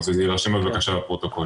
אז שזה יירשם בבקשה בפרוטוקול.